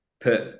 put